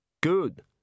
good